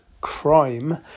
crime